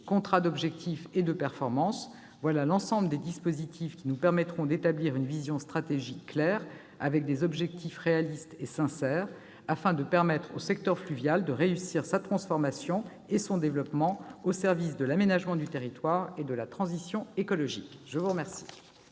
contrat d'objectifs et de performance : voilà l'ensemble des dispositifs qui nous permettront d'établir une vision stratégique claire, avec des objectifs réalistes et sincères, afin de permettre au secteur fluvial de réussir sa transformation et son développement au service de l'aménagement du territoire et de la transition écologique. Je rappelle